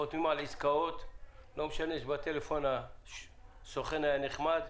חותמים על עסקאות ולא משנה שבטלפון הסוכן היה נחמד.